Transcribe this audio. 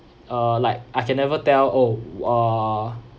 uh like I can never tell oh uh